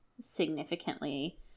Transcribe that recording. significantly